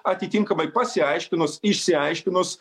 atitinkamai pasiaiškinus išsiaiškinus